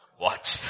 watch